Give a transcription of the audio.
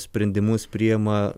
sprendimus priima